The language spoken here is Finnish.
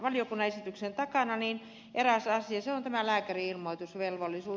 se on tämä lääkärin ilmoitusvelvollisuus